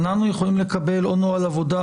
האם אנחנו יכולים לקבל נוהל עבודה,